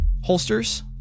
holsters